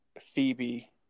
Phoebe